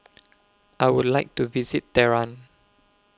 I Would like to visit Tehran